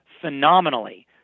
phenomenally